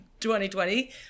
2020